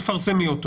ותפרסמי אותו.